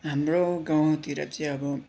हाम्रो गाउँतिर चाहिँ अब